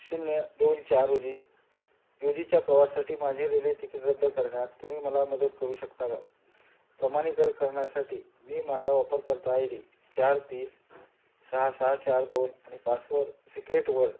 शून्य दोन चार रोजी रोजीच्या प्रवासासाठी माझे रेल्वे तिकीट रद्द करण्यात तुम्ही मला मदत करू शकता का प्रमाणीकर करण्यासाठी मी माझा वापरकर्ता आय डी चार तीन सहा सहा चार दोन आणि पासवर सिक्रेट वर्ड